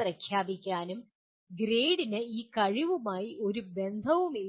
പ്രഖ്യാപിക്കാൻ കഴിയില്ല ഇത് മറക്കുക ഗ്രേഡിന് ഈ കഴിവുമായി ഒരു ബന്ധവുമില്ല